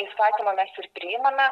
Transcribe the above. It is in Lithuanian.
įstatymą mes ir priimame